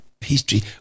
history